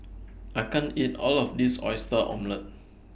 I can't eat All of This Oyster Omelette